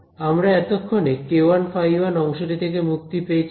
আমরা এতক্ষণে k1ϕ1 অংশটি থেকে মুক্তি পেয়েছি